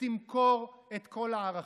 ותמכור את כל הערכים.